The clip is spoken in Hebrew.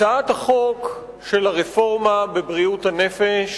הצעת החוק של הרפורמה בבריאות הנפש